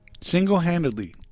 Single-handedly